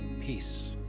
Peace